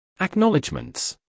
Acknowledgements